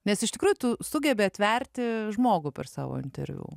nes iš tikrųjų tu sugebi atverti žmogų per savo interviu